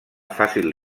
fàcil